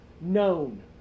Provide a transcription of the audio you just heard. known